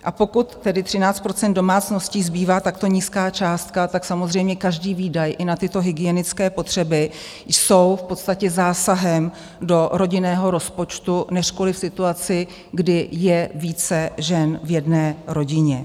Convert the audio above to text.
A pokud tedy 13 % domácností zbývá takto nízká částka, tak samozřejmě každý výdaj i na tyto hygienické potřeby je v podstatě zásahem do rodinného rozpočtu, neřkuli v situaci, kdy je více žen v jedné rodině.